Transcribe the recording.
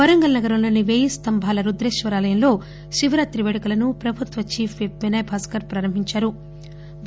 వరంగల్ నగరంలోని పేయి స్లంబాల రుద్రేశ్వరాలయంలో శివరాత్రి పేడుకలను ప్రభుత్వ చీఫ్ విఫ్ వినయ్ భాస్కర్ ప్రారంభించారు